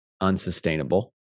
unsustainable